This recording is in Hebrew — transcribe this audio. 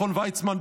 מכון ויצמן,